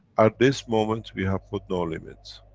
at this moment we have put no limits,